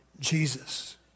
Jesus